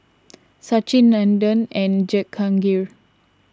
Sachin Nandan and Jehangirr